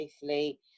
safely